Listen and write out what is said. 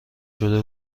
شده